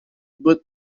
both